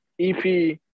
EP